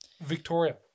Victoria